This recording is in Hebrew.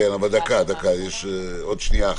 עוד שנייה.